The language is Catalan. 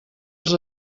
els